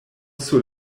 sur